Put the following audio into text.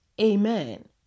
Amen